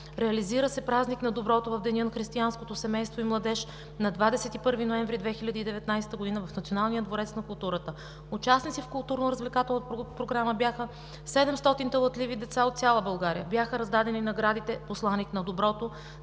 Реализира се Празник на доброто в Деня на християнското семейство и младеж на 21 ноември 2019 г. в Националния дворец на културата. Участници в културно-развлекателната програма бяха 700 талантливи деца от цяла България. Бяха раздадени наградите: „Посланик на доброто“